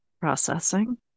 Processing